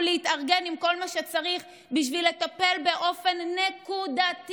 להתארגן עם כל מה שצריך בשביל לטפל באופן נקודתי.